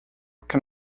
can